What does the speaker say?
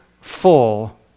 full